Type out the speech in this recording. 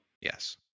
Yes